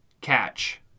catch